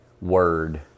word